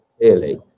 clearly